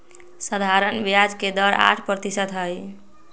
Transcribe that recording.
सधारण ब्याज के दर आठ परतिशत हई